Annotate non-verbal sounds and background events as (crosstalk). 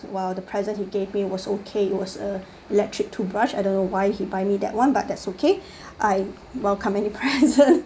while the present he gave me was okay it was a electric toothbrush I don't know why he buy me that one but that's okay I welcome any present (laughs)